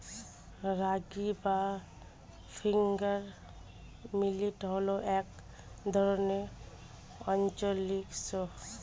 রাগী বা finger millet হল এক ধরনের আঞ্চলিক শস্য